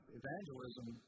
evangelism